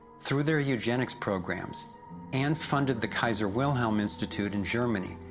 through their eugenics programs and funded the kaiser wilhelm institute in germany,